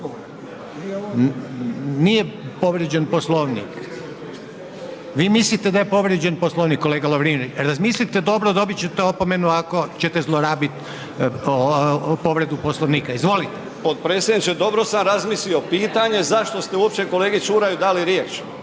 Nije povrijeđen Poslovnik. Vi mislite da je povrijeđen Poslovnik kolega Lovrinović? Razmislite dobro, dobit ćete opomenu ako ćete zlorabit povredu Poslovnika. Izvolite. **Lovrinović, Ivan (Promijenimo Hrvatsku)** Potpredsjedniče dobro sam razmislio, pitanje je zašto ste uopće kolegi Ćuraju dali riječ,